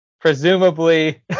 presumably